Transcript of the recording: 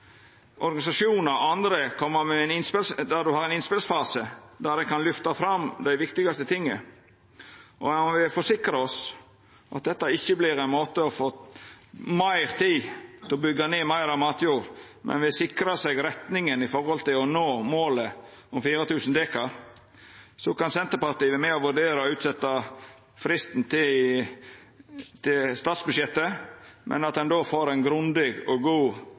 organisasjonar og andre i ein innspelsfase lyfta fram dei viktigaste tinga, at han vil forsikra oss om at dette ikkje vert ein måte å få meir tid til å byggja ned meir av matjorda på, men vil sikra seg retninga for å nå målet om 4 000 dekar, kan Senterpartiet vera med og vurdera å utsetja fristen til statsbudsjettet, men då må vi få ei grundig og